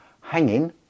hanging